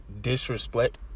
disrespect